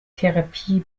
therapie